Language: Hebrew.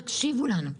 תקשיבו לנו.